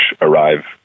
arrive